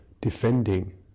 defending